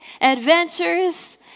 adventures